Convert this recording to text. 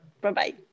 Bye-bye